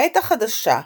בעת החדשה,